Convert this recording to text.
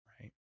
Right